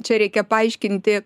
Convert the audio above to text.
čia reikia paaiškinti